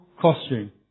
costume